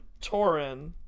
Torin